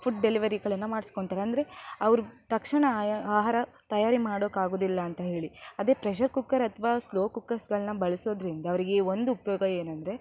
food ಡೆಲಿವರಿಗಳನ್ನು ಮಾಡಿಸ್ಕೋತಾರೆ ಅಂದರೆ ಅವರು ತಕ್ಷಣ ಆಯಾ ಆಹಾರ ತಯಾರಿ ಮಾಡೋಕಾಗೋದಿಲ್ಲ ಅಂತ ಹೇಳಿ ಅದೇ ಪ್ರೆಷರ್ ಕುಕ್ಕರ್ ಅಥವಾ ಸ್ಲೋ ಕುಕ್ಕರ್ಸ್ಗಳನ್ನ ಬಳಸುವುದ್ರಿಂದ ಅವರಿಗೆ ಒಂದು ಉಪಯೋಗ ಏನೆಂದ್ರೆ